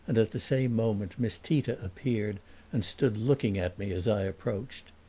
and at the same moment miss tita appeared and stood looking at me as i approached.